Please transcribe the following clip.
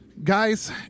Guys